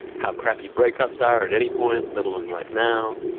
how crappy breaks ups are at any point, let alone right now.